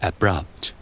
Abrupt